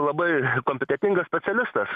labai kompetentingas specialistas